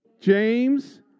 James